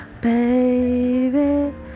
baby